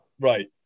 Right